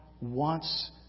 wants